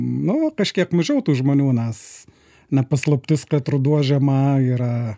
nu kažkiek mažiau tų žmonių nes ne paslaptis kad ruduo žiema yra